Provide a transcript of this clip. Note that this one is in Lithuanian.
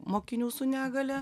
mokinių su negalia